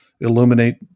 illuminate